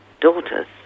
daughters